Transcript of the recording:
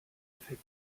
effekt